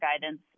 guidance